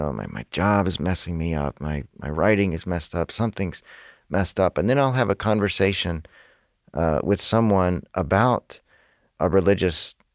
um my my job is messing me ah up. my my writing is messed up. something's messed up. and then i'll have a conversation with someone about a religious